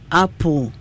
apple